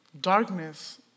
Darkness